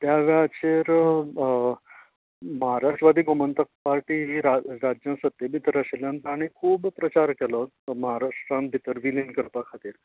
त्या वेळाचेर भारतवादी गोमंतक पार्टी ही राज्य राज्य सत्ते भितर आशिल्ल्यान ताणीं खूब प्रचार केलो म्हाराष्ट्रान भितर विलीन करपा खातीर